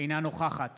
אינה נוכחת